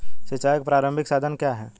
सिंचाई का प्रारंभिक साधन क्या है?